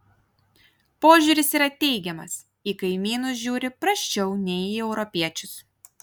požiūris yra teigiamas į kaimynus žiūri prasčiau nei į europiečius